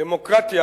הדמוקרטיה,